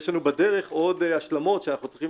יש לנו בדרך עוד השלמות שאנחנו צריכים